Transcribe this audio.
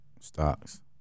Stocks